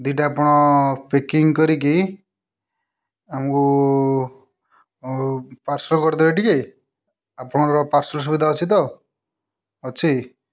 ଦୁଇଟା ଆପଣ ପ୍ୟାକିଙ୍ଗ କରିକି ଆମକୁ ପାର୍ସଲ୍ କରିଦେବେ ଟିକେ ଆପଣଙ୍କର ପାର୍ସଲ୍ ସୁବିଧା ଅଛି ତ ଅଛି